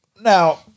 Now